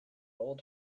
old